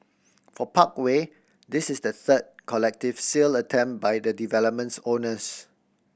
for Parkway this is the third collective sale attempt by the development's owners